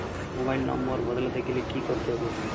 Mobile number বদলাতে গেলে কি করতে হবে?